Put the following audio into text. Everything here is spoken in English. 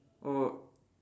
oh